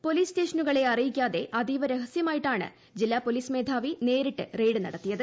police സ്റ്റേഷനുകളെ അറിയിക്കാതെ അതീവ രഹസ്യമായിട്ടാണ് ജില്ലാ പൊലീസ് മേധാവി നേരിട്ട് റെയ്ഡ് നടത്തിയത്